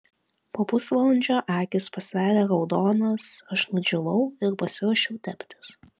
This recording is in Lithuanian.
po pusvalandžio akys pasidarė raudonos aš nudžiūvau ir pasiruošiau teptis